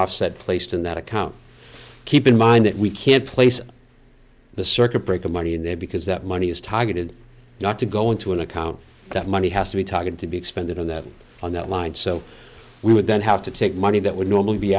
offset placed in that account keep in mind that we can't place the circuit breaker money in there because that money is targeted not to go into an account that money has to be talking to be expended on that on that line so we would then have to take money that would normally be